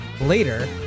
Later